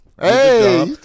Hey